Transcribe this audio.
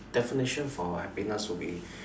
definition for happiness would be